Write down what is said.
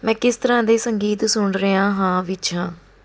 ਮੈਂ ਕਿਸ ਤਰ੍ਹਾਂ ਦੇ ਸੰਗੀਤ ਸੁਣ ਰਿਹਾ ਹਾਂ ਵਿੱਚ ਹਾਂ